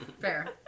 Fair